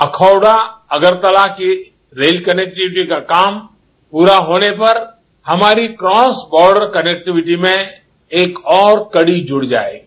अखौरा अगरतला के rail connectivity का काम प्ररा होने पर हमारी क्रास बार्डर कनेक्टिविटी में एक और कड़ी जुड़ जायेगी